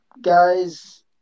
guys